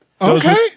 Okay